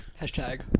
Hashtag